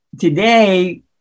today